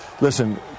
listen